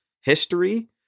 history